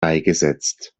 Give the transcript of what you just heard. beigesetzt